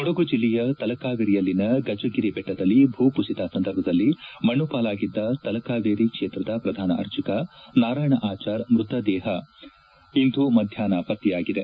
ಕೊಡಗು ಜಲ್ಲೆಯ ತಲಕಾವೇರಿಯಲ್ಲಿನ ಗಜಗಿರಿ ಬೆಟ್ಟದಲ್ಲಿ ಭೂಕುಸಿತ ಸಂದರ್ಭದಲ್ಲಿ ಮಣ್ಣುಪಾಲಾಗಿದ್ದ ತಲಕಾವೇರಿ ಕ್ಷೇತ್ರದ ಪ್ರಧಾನ ಅರ್ಚಕ ನಾರಾಯಣಆಚಾರ್ ಮೃತತದೇಹ ಇಂದು ಮಧ್ಯಾಪ್ನ ಪತ್ತೆಯಾಗಿದೆ